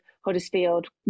Huddersfield